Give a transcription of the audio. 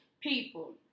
people